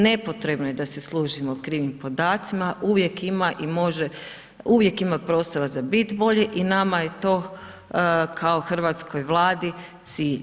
Nepotrebno je da se služimo krivim podacima, uvijek ima i može, uvijek ima prostora za biti bolje i nama je to kao hrvatskoj Vladi cilj.